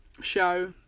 show